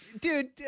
dude